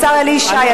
השר אלי ישי,